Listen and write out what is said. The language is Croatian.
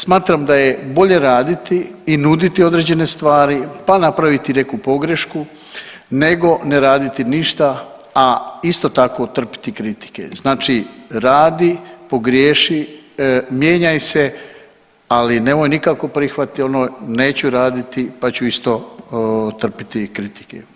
Smatram da je bolje raditi i nuditi određene stvari, pa napraviti neku pogrešku nego ne raditi ništa, a isto tako trpiti kritike, znači radi, pogriješi, mijenjaj se, ali nemoj nikako prihvatiti ono neću raditi, pa ću isto trpiti kritike.